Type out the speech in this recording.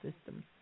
systems